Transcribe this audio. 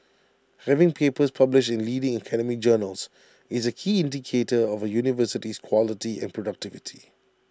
having papers published in leading academic journals is A key indicator of A university's quality and productivity